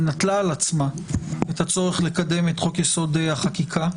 נטלה על עצמה את הצורך לקדם את חוק יסוד: החקיקה.